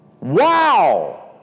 Wow